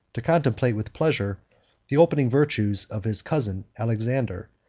to contemplate with pleasure the opening virtues of his cousin alexander,